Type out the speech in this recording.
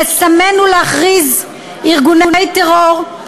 לסמן ולהכריז ארגוני טרור.